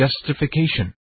justification